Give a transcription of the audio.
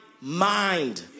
mind